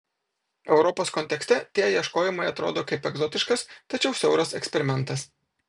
europos kontekste tie ieškojimai atrodo kaip egzotiškas tačiau siauras eksperimentas